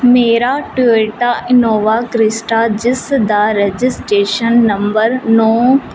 ਮੇਰਾ Toyota Innova Crysta ਜਿਸ ਦਾ ਰਜਿਸਟ੍ਰੇਸ਼ਨ ਨੰਬਰ ਨੌਂ